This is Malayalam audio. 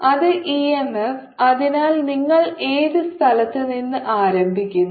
അത് e m f അതിനാൽ നിങ്ങൾ ഏത് സ്ഥലത്തുനിന്നും ആരംഭിക്കുന്നു